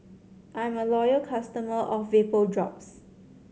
I'm a loyal customer of Vapodrops